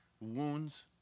wounds